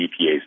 EPA's